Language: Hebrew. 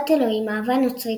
אהבת אלוהים אהבה נוצרית,